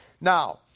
Now